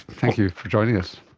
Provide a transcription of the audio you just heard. thank you for joining us.